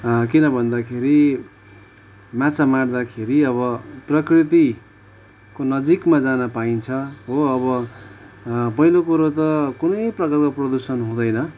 किन भन्दाखेरि माछा मार्दाखेरि अब प्रकृतिको नजिकमा जान पाइन्छ हो अब पहिलो कुरा त कुनै प्रकारको प्रदुषण हुँदैन